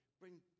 bring